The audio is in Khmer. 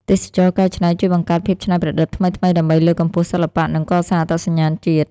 ទេសចរណ៍កែច្នៃជួយបង្កើតភាពច្នៃប្រឌិតថ្មីៗ ដើម្បីលើកកម្ពស់សិល្បៈ និងកសាងអត្តសញ្ញាណជាតិ។